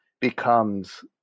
becomes